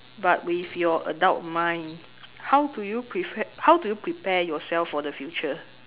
but with your adult mind how do you prepare how do you prepare yourself for the future